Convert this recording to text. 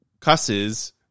cusses